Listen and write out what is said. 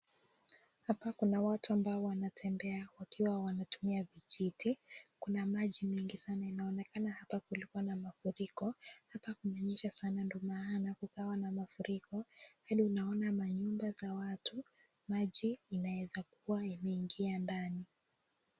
Hapa kuna watu ambao wantembea ikiwa wanatumia vijiti. Kuna maji mengi sana ni kama ilikua na mafuriko na kumenyesha sana na maji huenda ikawa imeingia kwa manyumba za watu.